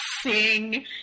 sing